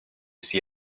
see